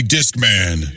Discman